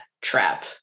trap